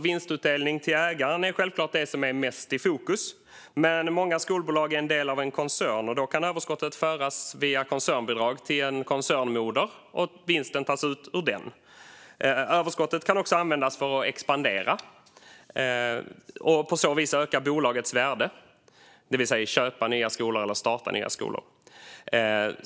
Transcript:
Vinstutdelning till ägaren är självklart det som är mest i fokus. Men många skolbolag är en del av en koncern, och då kan överskottet föras via koncernbidrag till ett moderbolag, och vinsten tas ut ur det. Överskottet kan också användas för att expandera och på så vis öka bolagets värde, det vill säga att man köper eller startar nya skolor.